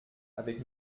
avec